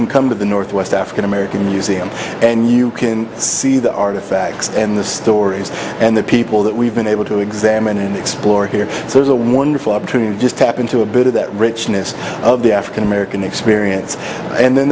can come to the northwest african american museum and you can see the artifacts and the stories and the people that we've been able to examine and explore here so there's a wonderful opportunity just tap into a bit of that richness of the african american experience and then